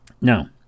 Now